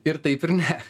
ir taip ir ne